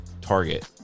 Target